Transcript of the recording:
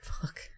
Fuck